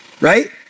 Right